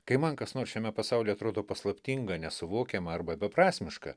kai man kas nors šiame pasaulyje atrodo paslaptinga nesuvokiama arba beprasmiška